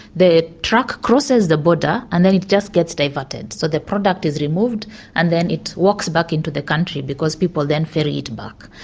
the truck crosses the border and then it just gets diverted. so the product is removed and then it walks back into the country because people then ferry it back.